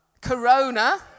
Corona